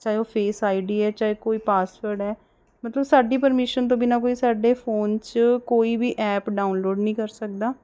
ਚਾਹੇ ਉਹ face I D ਹੈ ਚਾਹੇ ਕੋਈ ਪਾਸਵਰਡ ਹੈ ਮਤਲਬ ਸਾਡੀ ਪਰਮੀਸ਼ਨ ਤੋਂ ਬਿਨਾਂ ਕੋਈ ਸਾਡੇ ਫੋਨ 'ਚ ਕੋਈ ਵੀ ਐਪ ਡਾਊਨਲੋਡ ਨਹੀਂ ਕਰ ਸਕਦਾ